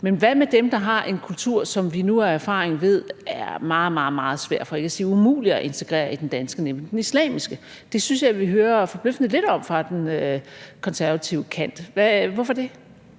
men hvad med dem, der har en kultur, som vi nu af erfaring ved er meget, meget svær for ikke at sige umulig at integrere i den danske, nemlig den islamiske? Det synes jeg vi hører forbløffende lidt om fra den konservative kant. Hvorfor det?